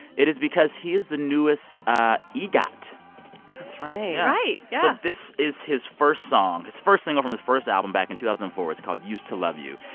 it is because he is the newest egot that's right right, yeah so this is his first song his first single from his first album back in two thousand and four. it's called used to love you.